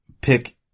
pick